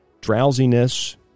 drowsiness